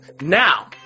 Now